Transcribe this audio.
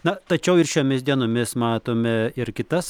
na tačiau ir šiomis dienomis matome ir kitas